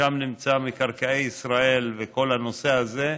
ששם נמצא מינהל מקרקעי ישראל וכל הנושא הזה,